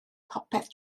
popeth